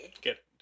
Get